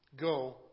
Go